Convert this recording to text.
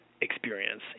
experience